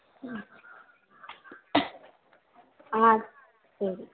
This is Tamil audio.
ம் ஆ சரி